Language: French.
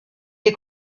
est